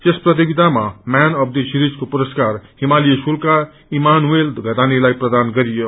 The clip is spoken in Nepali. यस प्रतियोगितामा म्यान अफ द सिरिजको पुरस्कार हिमाली स्कूलका इलामुएल घतानीलाई प्रदान गरियो